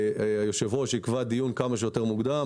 היושב-ראש יקבע דיון כמה שיותר מוקדם.